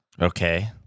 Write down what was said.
Okay